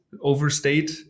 overstate